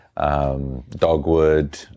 Dogwood